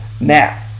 Now